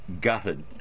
gutted